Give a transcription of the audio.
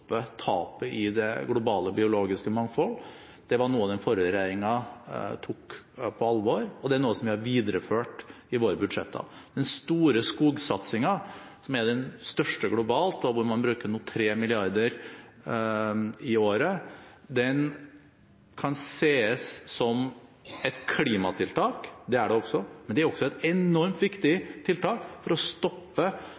tapet i det globale biologiske mangfoldet var noe av det den forrige regjeringen tok på alvor, og det er noe som vi har videreført i våre budsjetter. Den store skogsatsingen, som er den største globalt, og hvor man nå bruker 3 mrd. kr i året, kan ses som et klimatiltak – det er det også – men det er også et enormt viktig